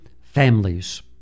families